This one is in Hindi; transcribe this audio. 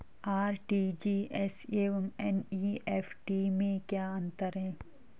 आर.टी.जी.एस एवं एन.ई.एफ.टी में क्या अंतर है?